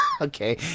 Okay